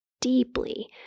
deeply